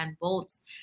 Bolts